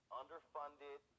underfunded